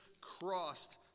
crossed